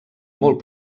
molt